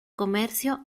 comercio